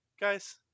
Guys